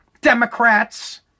democrats